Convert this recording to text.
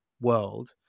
world